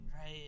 Right